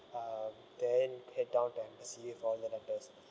uh then head down to embassy